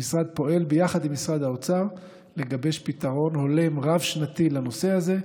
המשרד פועל ביחד עם משרד האוצר לגבש פתרון הולם רב-שנתי לנושא הזה,